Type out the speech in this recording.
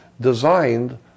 designed